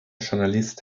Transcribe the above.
journalist